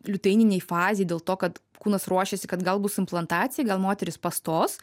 liuteininei fazei dėl to kad kūnas ruošiasi kad gal bus implantacija gal moteris pastos